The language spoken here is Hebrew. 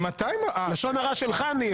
לשון הרע שלך, ניר.